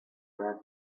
read